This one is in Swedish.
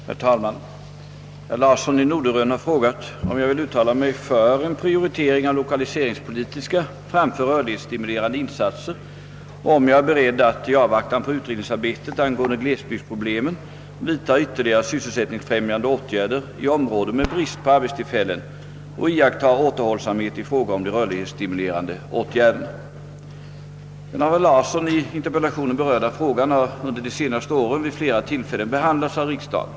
Herr talman! Herr Larsson i Norderön har frågat om jag vill uttala mig för en prioritering av lokaliseringspolitiska framför rörlighetsstimulerande insatser och om jag är beredd att, i avvaktan på utredningsarbetet angående glesbygdsproblemen, vidta ytterligare sysselsättningsfrämjande åtgärder i områden med brist på arbetstillfällen och iaktta återhållsamhet i fråga om de rörlighetsstimulerande åtgärderna. Den av herr Larsson i interpellationen berörda frågan har under de senaste åren vid flera tillfällen behandlats av riksdagen.